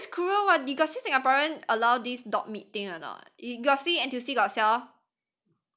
that's why it's cruel [what] you got see singaporean allow this dog meat thing or not you got see N_T_U_C got sell